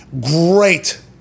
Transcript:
great